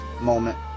moment